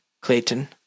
Clayton